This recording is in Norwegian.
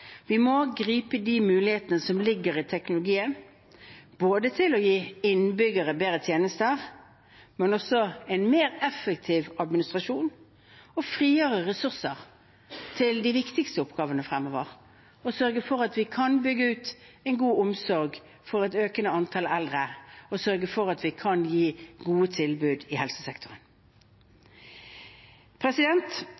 Vi må gripe de mulighetene som ligger i teknologien, til å gi innbyggerne bedre tjenester, men også til en mer effektiv administrasjon og frigjøre ressurser til de viktigste oppgavene fremover – sørge for at vi kan bygge ut god omsorg for et økende antall eldre, og sørge for at vi kan gi gode tilbud i